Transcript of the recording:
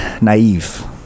naive